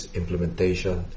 implementation